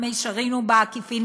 במישרין או בעקיפין,